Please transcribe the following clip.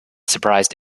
surprised